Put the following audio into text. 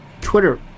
Twitter